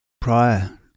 prior